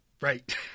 Right